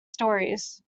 stories